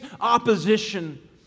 opposition